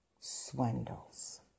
swindles